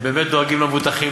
הם באמת דואגים למבוטחים,